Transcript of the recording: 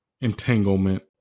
entanglement